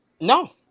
No